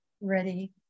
ready